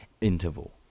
interval